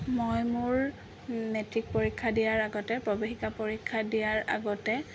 মই মোৰ মেট্ৰিক পৰীক্ষা দিয়াৰ আগতে প্ৰৱেশিকা পৰীক্ষা দিয়াৰ আগতে